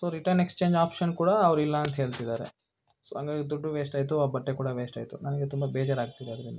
so return exchange option ಕೂಡ ಅವರು ಇಲ್ಲ ಅಂತ ಹೇಳ್ತಿದಾರೆ ಸೊ ಹಂಗಾಗಿ ದುಡ್ಡು ವೇಸ್ಟಾಯ್ತು ಆ ಬಟ್ಟೆ ಕೂಡ ವೇಸ್ಟಾಯ್ತು ನನಗೆ ತುಂಬ ಬೇಜಾರಾಗ್ತಿದೆ ಅದರಿಂದ